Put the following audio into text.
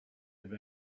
have